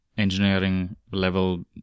engineering-level